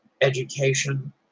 education